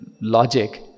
logic